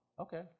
Okay